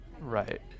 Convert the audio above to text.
Right